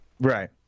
Right